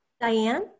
Diane